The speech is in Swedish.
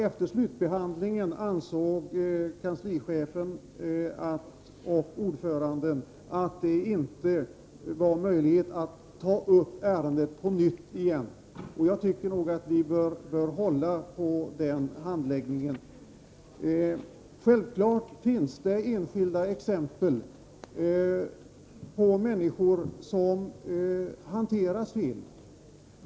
Efter slutbehandlingen ansåg kanslichefen och ordföranden i utskottet att det inte fanns möjlighet att ta upp ärendet på nytt. Jag tycker att vi bör hålla på den handläggningen. Självfallet finns det enskilda exempel på människor som hanterats fel.